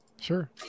Sure